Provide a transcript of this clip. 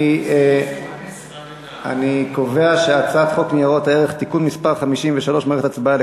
אני קובע שהצעת חוק ניירות ערך (תיקון מס' 53) יש נמנע אחד.